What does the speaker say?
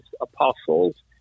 apostles